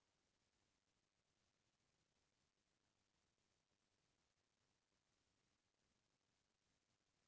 परवार के एक सदस्य हा मानसिक विकलांग हे त का वोकर भरण पोषण बर लोन मिलिस सकथे का?